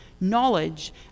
knowledge